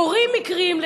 קורים מקרים,